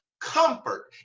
comfort